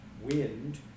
wind